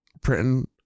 printing